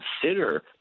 consider